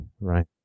Right